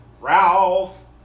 Ralph